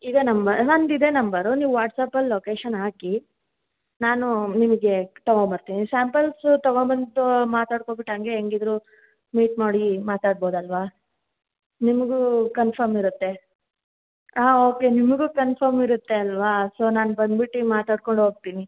ಇದೇ ನಂಬರ್ ನಂದು ಇದೆ ನಂಬರು ನೀವು ವಾಟ್ಸ್ಆ್ಯಪಲ್ಲಿ ಲೊಕೇಶನ್ ಹಾಕಿ ನಾನು ನಿಮಗೆ ತಗೊಂಡು ಬರ್ತಿನಿ ಸ್ಯಾಂಪಲ್ಸ್ ತಗೊಂಡು ಬಂದು ಮಾತಾಡ್ಕೊಂಡ್ಬಿಟ್ಟು ಹಂಗೆ ಹೆಂಗಿದ್ರು ಮೀಟ್ ಮಾಡಿ ಮಾತಾಡ್ಬೌದು ಅಲ್ಲವಾ ನಿಮಗೂ ಕನ್ಫರ್ಮ್ ಇರತ್ತೆ ಹಾಂ ಓಕೆ ನಿಮಗೂ ಕನ್ಫರ್ಮ್ ಇರುತ್ತೆ ಅಲ್ಲವಾ ಸೊ ನಾನು ಬಂದ್ಬಿಟ್ಟಿ ಮಾತಾಡ್ಕೊಂಡು ಹೋಗ್ತೀನಿ